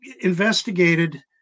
investigated